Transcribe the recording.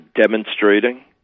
demonstrating